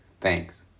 Thanks